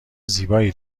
زیبایی